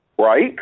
right